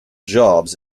jobs